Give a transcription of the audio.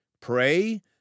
Pray